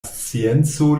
scienco